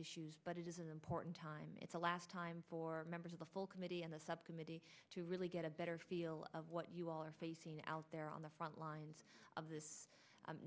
issues but it is an important time it's the last time for members of the full committee and the subcommittee to really get a better feel of what you all are facing out there on the front lines of this